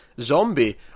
Zombie